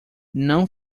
não